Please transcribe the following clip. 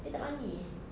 dia tak mandi eh